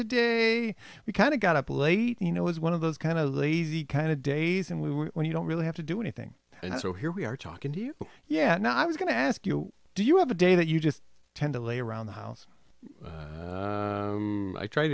today we kind of got up late you know was one of those kind of lazy kind of days and we were when you don't really have to do anything and so here we are talking to you yeah i was going to ask you do you have a day that you just tend to lay around the house i try